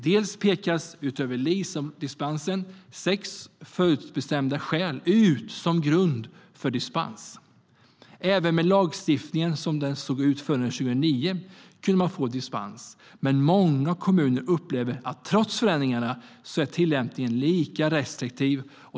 Dels pekas, utöver LIS-dispens, sex förutbestämda skäl ut som grund för dispens. Även med lagstiftningen som den såg ut före 2009 kunde man få dispens, men många kommuner upplever att trots förändringarna är tillämpningen lika restriktiv.